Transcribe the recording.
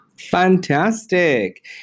Fantastic